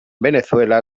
venezuela